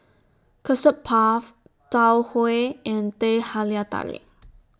Custard Puff Tau Huay and Teh Halia Tarik